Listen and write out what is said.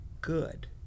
good